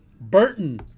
Burton